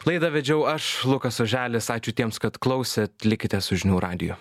laidą vedžiau aš lukas oželis ačiū tiems kad klausėt atlikite su žinių radiju